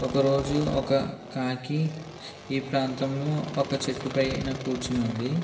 ఒక రోజు ఒక కాకి ఈ ప్రాంతంలో ఒక చెట్టుపైన కూర్చొని ఉంది